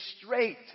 straight